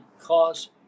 cause